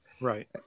right